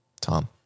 Tom